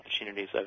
opportunities